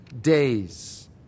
days